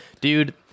Dude